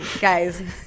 Guys